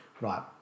Right